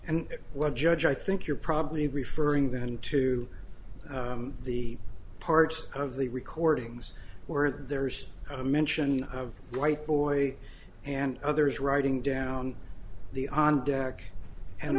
and what judge i think you're probably referring then to the parts of the recordings where there's a mention of white boy and others writing down the